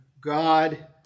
God